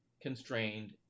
constrained